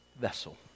vessel